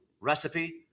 recipe